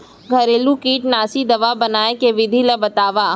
घरेलू कीटनाशी दवा बनाए के विधि ला बतावव?